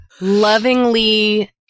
Lovingly